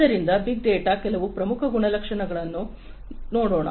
ಆದ್ದರಿಂದ big data ದ ಕೆಲವು ಪ್ರಮುಖ ಗುಣಲಕ್ಷಣಗಳನ್ನು ನೋಡೋಣ